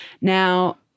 Now